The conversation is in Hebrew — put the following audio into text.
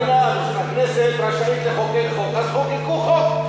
הכנסת רשאית לחוקק חוק, אז חוקקו חוק.